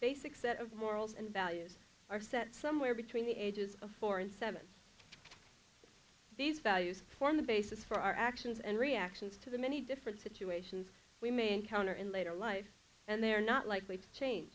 basic set of morals and values are set somewhere between the ages of four and seven these values form the basis for our actions and reactions to the many different situations we may encounter in later life and they are not likely to change